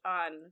on